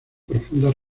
profundas